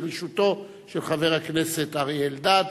ברשותו של חבר הכנסת אריה אלדד.